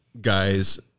guys